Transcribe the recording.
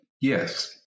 Yes